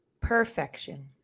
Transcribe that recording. perfection